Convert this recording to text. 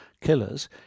killers